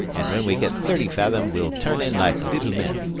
an' when we get thirty fathom we'll turn in like little men.